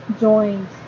joined